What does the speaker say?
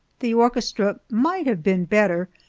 the orchestra might have been better,